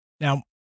Now